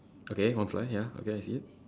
okay one fly ya okay I see it